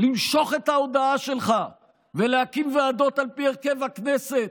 למשוך את ההודעה שלך ולהקים ועדות על פי הרכב הכנסת,